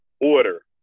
order